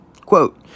Quote